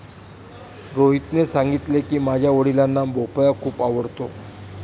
रोहितने सांगितले की, माझ्या वडिलांना भोपळा खूप आवडतो